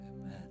Amen